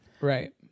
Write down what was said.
Right